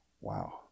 Wow